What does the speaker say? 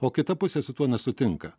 o kita pusė su tuo nesutinka